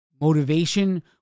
Motivation